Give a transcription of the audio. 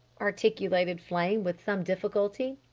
articulated flame with some difficulty.